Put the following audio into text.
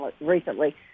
recently